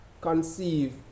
conceive